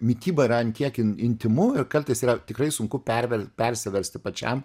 mityba yra an tiek in intymu ir kartais yra tikrai sunku pervel persiversti pačiam